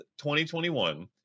2021